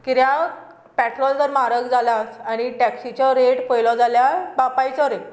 कित्याक पॅट्रोल तर म्हारग जालाच आनी टॅक्सीचो रेट पयलो जाल्यार बापायचो रेट